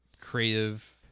creative